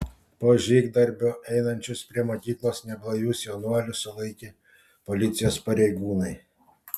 po žygdarbio einančius prie mokyklos neblaivius jaunuolius sulaikė policijos pareigūnai